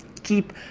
Keep